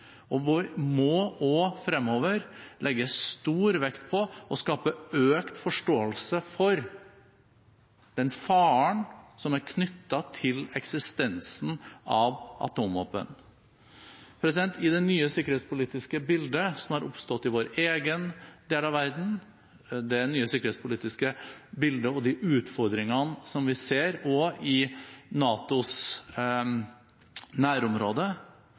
og vi må også fremover legge stor vekt på å skape økt forståelse for den faren som er knyttet til eksistensen av atomvåpen. Det nye sikkerhetspolitiske bildet som har oppstått i vår egen del av verden, og de utfordringene som vi ser også i NATOs nærområde,